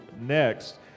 next